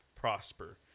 prosper